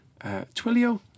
Twilio